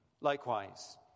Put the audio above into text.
Likewise